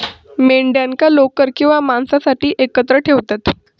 मेंढ्यांका लोकर किंवा मांसासाठी एकत्र ठेवतत